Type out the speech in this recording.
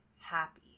happy